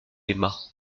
aimas